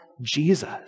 Jesus